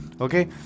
okay